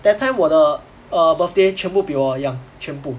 that time 我的 err birthday 全部比我 young 全部